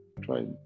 try